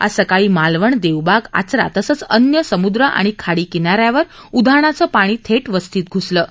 आज सकाळी मालवण देवबाग आचरा तसच अन्य समुद्र आणि खाडी किनाऱ्यावर उधाणाचं पाणी थेट वस्तीत घ्सलं आहे